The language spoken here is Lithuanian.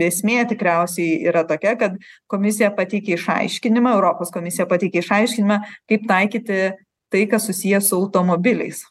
esmė tikriausiai yra tokia kad komisija pateikė išaiškinimą europos komisija pateikė išaiškinimą kaip taikyti tai kas susiję su automobiliais